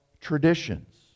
traditions